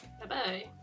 Bye-bye